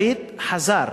שליט חזר.